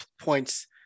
points